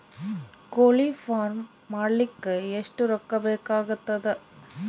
ಕೋಳಿ ಫಾರ್ಮ್ ಮಾಡಲಿಕ್ಕ ಎಷ್ಟು ರೊಕ್ಕಾ ಬೇಕಾಗತದ?